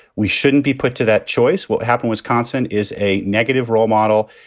we shouldn't be put to that choice. what happened? wisconsin is a negative role model.